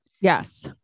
yes